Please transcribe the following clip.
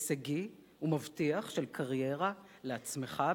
הישגי ומבטיח של קריירה לעצמך,